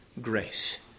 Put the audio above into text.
grace